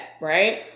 right